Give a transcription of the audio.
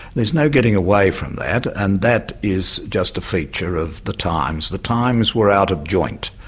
there's no getting away from that, and that is just a feature of the times the times were out of joint,